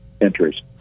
entries